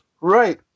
Right